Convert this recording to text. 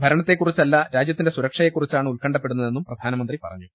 ഭരണത്തെക്കുറിച്ചല്ല രാജ്യത്തിന്റെ സുര ക്ഷയെക്കുറിച്ചാണ് ഉത്കണ്ഠപ്പെടുന്നതെന്നും പ്രധാനമന്ത്രി പറഞ്ഞു